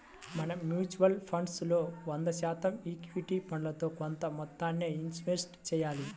మనం mutual funds లో వంద శాతం ఈక్విటీ ఫండ్లలో కొంత మొత్తాన్నే ఇన్వెస్ట్ చెయ్యాలి